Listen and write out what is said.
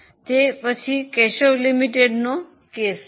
તે પછી કેશવ લિમિટેડનો કેસ છે